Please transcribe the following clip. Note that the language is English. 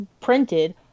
printed